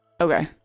okay